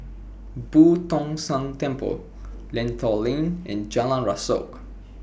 Boo Tong San Temple Lentor Lane and Jalan Rasok